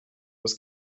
was